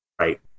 right